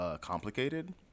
complicated